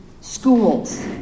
schools